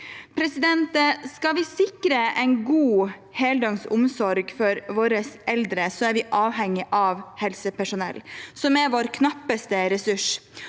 skal ha. Skal vi sikre en god heldøgns omsorg for våre eldre, er vi avhengig av helsepersonell, som er vår knappeste ressurs.